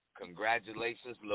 Congratulations